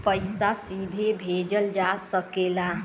पइसा सीधे भेजल जा सकेला